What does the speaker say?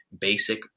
basic